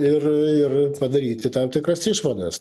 ir ir padaryti tam tikras išvadas